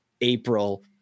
april